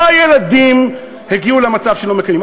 לא הילדים הגיעו למצב שלא מקבלים.